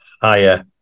higher